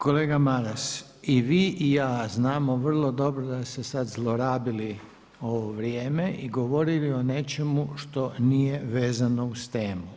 Kolega Maras i vi i ja znamo vrlo dobro da ste sad zlorabili ovo vrijeme i govorili o nečemu što nije vezano uz temu.